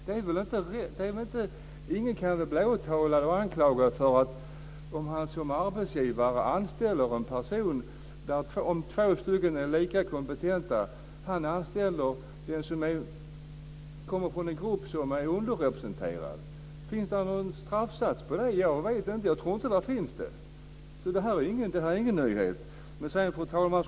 Ingen arbetsgivare kan väl bli anklagad eller åtalad för att han, om två personer är lika kompetenta, anställer en person som kommer från en grupp som är underrepresenterad? Finns det någon straffsats för det? Jag vet inte. Jag tror inte att det finns. Så detta är ingen nyhet. Fru talman!